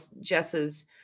Jess's